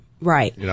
Right